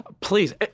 please